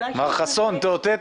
בהצלחה על תפקיד